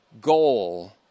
goal